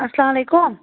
اسلام علیکُم